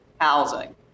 housing